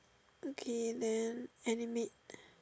okay man animate